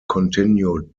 continued